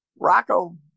Rocco